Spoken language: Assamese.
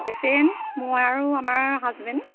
পেচেণ্ট মই আৰু আমাৰ হাজবেণ্ড